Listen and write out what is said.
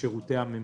בשירותי הממשלה.